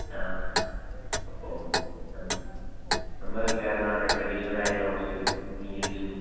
ആ അപ്പം നമ്മൾക്ക് കേരളമാണ് ട്രഡീഷണൽ ആയിട്ടുള്ള കുറച്ച് മീൽസും